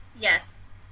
Yes